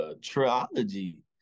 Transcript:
trilogy